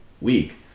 week